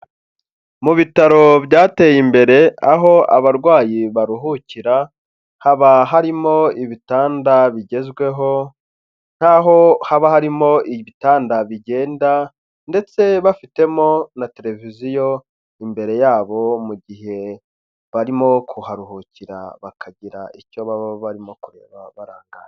Mu bitaro byateye imbere, aho abarwayi baruhukira, haba harimo ibitanda bigezweho, nkaho haba harimo ibitanda bigenda ndetse bafitemo na tereviziyo imbere yabo mu gihe barimo kuharuhukira, bakagira icyo baba barimo kureba barangaye.